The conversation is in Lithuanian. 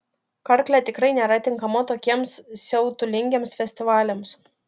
karklė tikrai nėra tinkama tokiems siautulingiems festivaliams